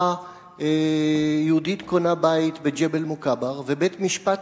שכשמשפחה יהודית קונה בית בג'בל-מוכבר ובית-משפט